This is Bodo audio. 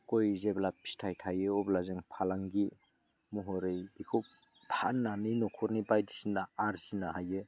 गय जेब्ला फिथाइ थायो अब्ला जों फालांगि महरै खुब फाननानै न'खरनि बायदिसिना आरजिनो हायो